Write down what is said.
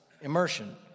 immersion